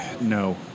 No